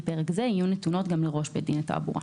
פרק זה יהיו נתונות גם לראש בית הדין לתעבורה.